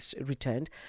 returned